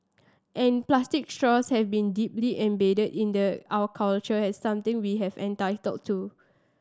and plastic straws have been deeply embedded in the our culture has something we have entitled to